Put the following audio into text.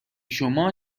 شما